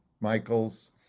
Michaels